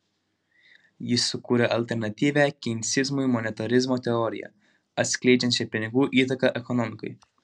jis sukūrė alternatyvią keinsizmui monetarizmo teoriją atskleidžiančią pinigų įtaką ekonomikai